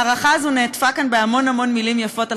ההארכה הזאת נעטפה כאן בהמון המון מילים יפות על